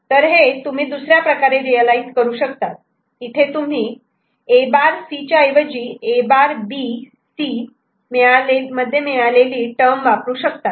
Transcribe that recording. तर हे तुम्ही दुसऱ्या प्रकारे रियलायझ करू शकतात इथे तुम्ही A' C च्या ऐवजी A' B C मिळालेली टर्म वापरू शकतात